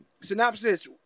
Synopsis